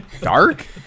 Dark